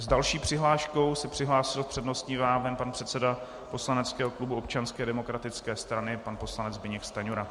S další přihláškou se přihlásil s přednostním právem pan předseda poslaneckého klubu Občanské demokratické strany poslanec Zbyněk Stanjura.